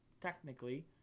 technically